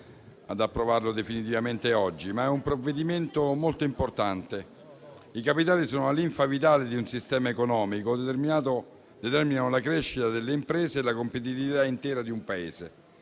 ad approvarlo definitivamente oggi. È un provvedimento molto importante. I capitali sono la linfa vitale di un sistema economico e determinano la crescita delle imprese e la competitività intera di un Paese.